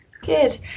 good